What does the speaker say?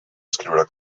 escriure